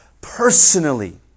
personally